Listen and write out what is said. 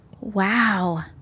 Wow